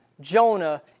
Jonah